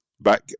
Back